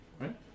right